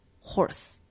horse